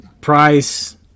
price